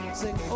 sing